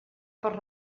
per